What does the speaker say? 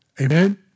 Amen